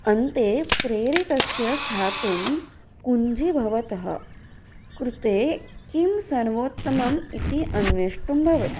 अन्ते प्रेरितस्य स्थातुं कुञ्जि भवतः कृते किं सर्वोत्तमम् इति अन्वेष्टुं भवति